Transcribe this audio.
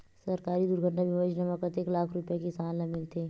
सहकारी दुर्घटना बीमा योजना म कतेक लाख रुपिया किसान ल मिलथे?